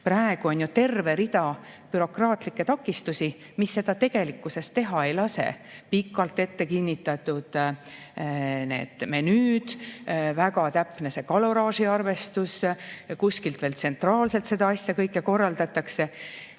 Praegu on ju terve rida bürokraatlikke takistusi, mis seda tegelikkuses teha ei lase: pikalt ette kinnitatud menüüd, väga täpne kaloraaži arvestus, kuskilt veel tsentraalselt seda kõike korraldatakse.